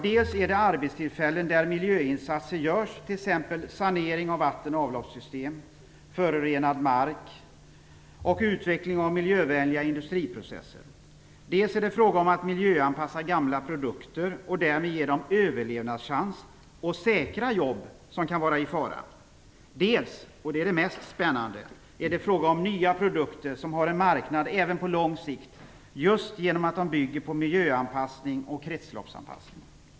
Dels är det arbetstillfällen, där miljöinsatser görs, t.ex. sanering av vatten och avloppssystem, förorenad mark och utveckling av miljövänliga industriprocesser. Dels är det fråga om att miljöanpassa gamla produkter och därmed ge dem överlevnadschans och att säkra jobb som kan vara i fara. Dels - och det är det mest spännande - är det också fråga om nya produkter, som har en marknad även på lång sikt, just genom att de bygger på miljöanpassning och kretsloppsanpassning.